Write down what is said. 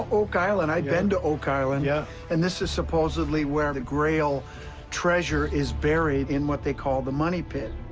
oak island i've been to oak island. yeah and this is supposedly where the grail treasure is buried in what they call the money pit.